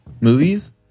movies